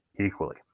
equally